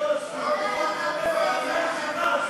תעברי לצד ההוא.